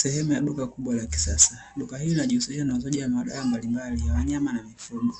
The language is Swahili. Sehemu ya duka kubwa la kisasa. Duka hili linajihusisha na uuzaji wa madawa mbalimbali ya wanyama na mifugo.